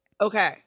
Okay